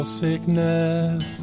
sickness